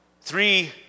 Three